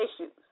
issues